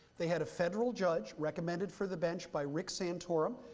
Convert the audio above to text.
they had a federal judge recommended for the bench by rick santorum,